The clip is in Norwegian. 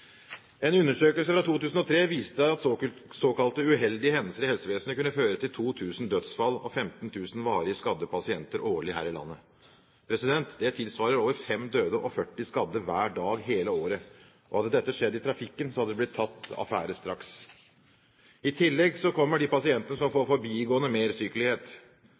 En undersøkelse fra 2003 viste at såkalte uheldige hendelser i helsevesenet kunne føre til 2 000 dødsfall og 15 000 varig skadde pasienter årlig her i landet. Det tilsvarer over 5 døde og 40 skadde hver dag hele året. Hadde dette skjedd i trafikken, så hadde det blitt tatt affære straks. I tillegg kommer de pasientene som får forbigående